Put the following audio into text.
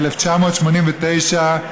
מ-1989,